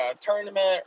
tournament